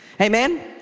Amen